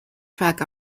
track